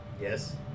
Yes